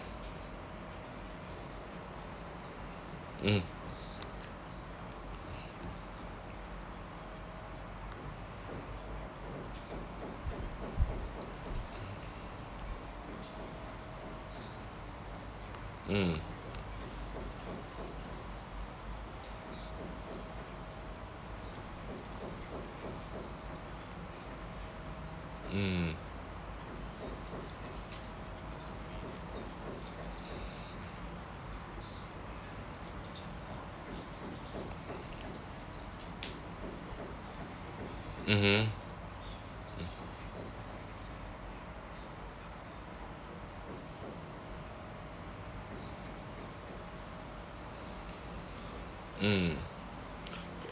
mm mm mm mmhmm mm